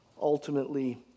ultimately